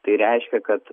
tai reiškia kad